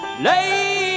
Lady